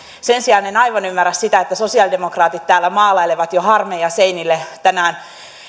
sen sijaan en aivan ymmärrä sitä että sosialidemokraatit täällä maalailevat jo harmeja seinille tänään